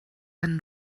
ein